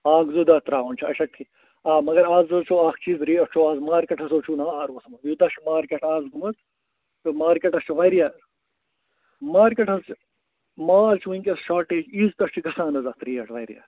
اَکھ زٕ دۄہ ترٛاوُن چھُ آچھا ٹھیٖکھ آ مگر آز حظ چھو اَکھ چیٖز ریٹ چھو آز مارکیٚٹَس حظ چھُو نار ووٚتھمُت یوٗتاہ چھُ مارکیٚٹ آز گوٚمُت تہٕ مارکیٚٹَس چھُ واریاہ مارکیٚٹ حظ چھُ ماز چھُ وُنٛکیٚس شارٹیج عیٖذ پٮ۪ٹھ چھِ گژھان حظ اَتھ ریٹ واریاہ